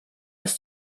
ist